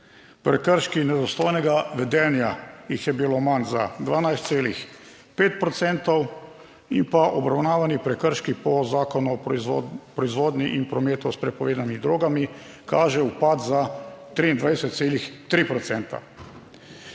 prekrški nedostojnega vedenja jih je bilo manj za 12,5 procentov, in pa obravnavani prekrški po Zakonu o proizvodnji in prometu s prepovedanimi drogami kažejo upad za 23,3